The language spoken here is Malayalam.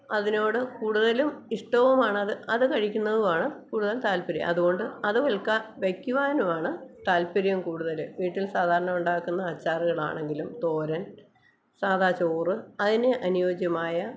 അതിനോട് കൂടുതലും ഇഷ്ടാവുമാണത് അത് കഴിക്കുന്നതുവാണ് കൂടുതൽ താല്പര്യം അതുകൊണ്ട് അത് വെൽക വെക്കുവാനുമാണ് താല്പര്യം കൂടുതല് വീട്ടിൽ സാധാരണ ഉണ്ടാക്കുന്ന അച്ചറുകളാണെങ്കിലും തോരൻ സാധാ ചോറ് അതിന് അനുയോജ്യമായ